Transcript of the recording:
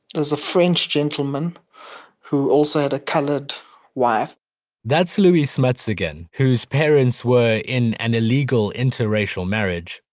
there's a french gentleman who also had a colored wife that's louis smutz again, whose parents were in an illegal interracial marriage.